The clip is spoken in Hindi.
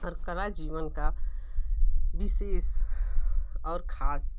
और कला जीवन का विशेष और ख़ास